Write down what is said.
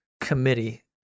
committee